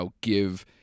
give